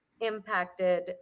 impacted